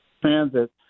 transit